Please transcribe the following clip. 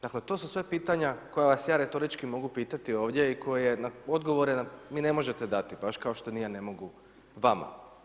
Dakle to su sve pitanja koja vas ja retorički mogu pitati ovdje i koje odgovore mi vi ne možete dati baš kao što ni ja ne mogu vama.